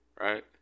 Right